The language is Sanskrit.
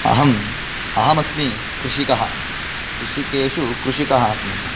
अहम् अहमस्मि कृषिकः कृषिकेषु कृषिकः अस्म्यहम्